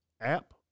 app